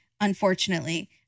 unfortunately